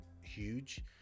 huge